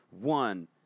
one